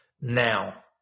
now